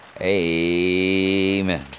amen